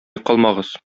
калмагыз